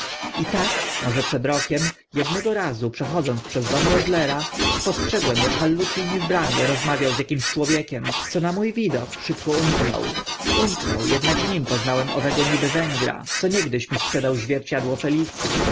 i tak może przed rokiem ednego razu przechodząc przez dom roezlera spostrzegłem ak hallucini w bramie rozmawiał z akimś człowiekiem co na mó widok szybko umknął umknął ednak w nim poznałem owego niby węgra co niegdyś mi sprzedał zwierciadło felic